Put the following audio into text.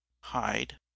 hide